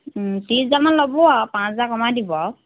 ত্ৰিছ হেজাৰমান ল'ব আৰু পাঁচ হাজাৰ কমাই দিব আৰু